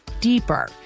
deeper